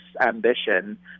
ambition